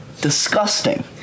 Disgusting